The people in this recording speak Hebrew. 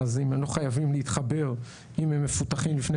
אז הם לא חייבים להתחבר אם הם מפותחים לפני